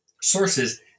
sources